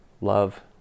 love